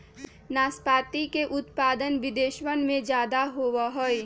नाशपाती के उत्पादन विदेशवन में ज्यादा होवा हई